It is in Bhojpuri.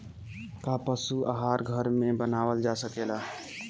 का पशु आहार घर में बनावल जा सकेला?